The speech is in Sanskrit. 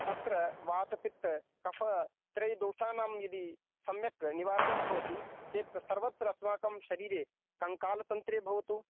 तत्र वातपित्तकफत्रयदोषानां यदि सम्यक् निवारणं भवति ते सर्वत्र अस्माकं शरीरे कङ्कालतन्त्रे भवतु